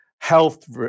health